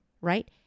right